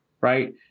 right